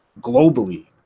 globally